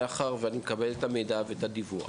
מאחר שאני מקבל את המידע ואת הדיווח,